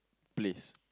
place